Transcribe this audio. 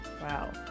Wow